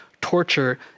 torture